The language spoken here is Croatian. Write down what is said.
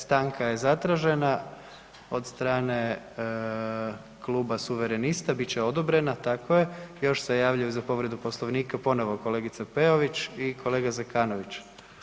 Stanka je zatražena od strane kluba Suverenista, bit će odobrena, tako je, još se javljaju za povredu Poslovnika ponovno kolegica Peović i kolega Zekanović.